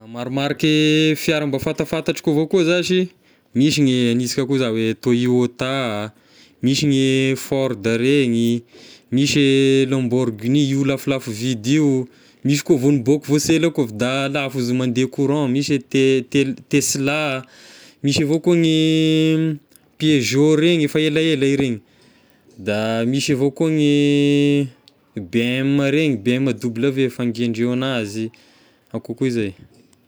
Marimariky fiara mba fantafatatro avao koa zashy misy ny haniansika koa za hoe Toyota, misy gne Ford regny, misy e Lamborghini io lafolafo vidy io, misy koa vao nibôaka vao sy ela koa fa da lafo izy mandeha courant, misy a te- tel- Tesla, misy avao koa gne Peugeot regny efa ela ela iregny, misy avao koa gne BM regny, BMW ny fangiandreo anazy, ao koa koa zay.